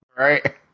Right